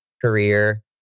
career